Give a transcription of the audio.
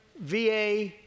VA